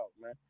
man